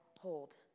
hold